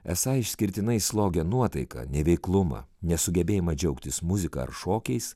esą išskirtinai slogią nuotaiką neveiklumą nesugebėjimą džiaugtis muzika ar šokiais